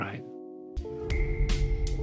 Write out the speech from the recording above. Right